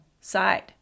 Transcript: side